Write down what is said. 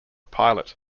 pilot